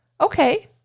Okay